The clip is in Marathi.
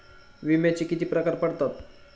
विम्याचे किती प्रकार पडतात?